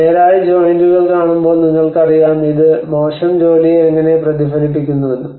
നേരായ ജോയിനറുകൾ കാണുമ്പോൾ നിങ്ങൾക്കറിയാം ഇത് മോശം ജോലിയെ എങ്ങനെ പ്രതിഫലിപ്പിക്കുന്നുവെന്ന്